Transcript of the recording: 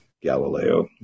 Galileo